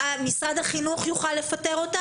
משרד החינוך יוכל לפטר אותם?